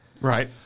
right